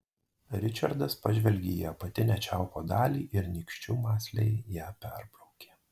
ričardas pažvelgė į apatinę čiaupo dalį ir nykščiu mąsliai ją perbraukė